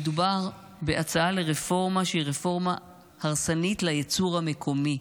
מדובר בהצעה לרפורמה שהיא רפורמה הרסנית לייצור המקומי,